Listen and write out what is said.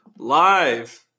Live